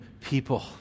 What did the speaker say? people